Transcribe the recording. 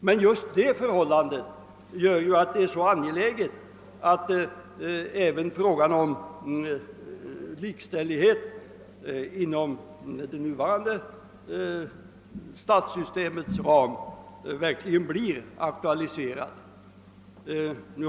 Men just detta förhållande gör det ju så angeläget att frågan om likställighet inom det nuvarande systemets ram verkligen förs fram.